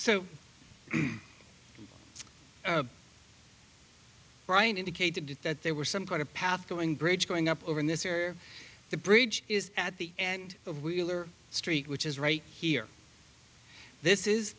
so brian indicated that there were some kind of path going bridge going up over this or the bridge is at the end of wheeler street which is right here this is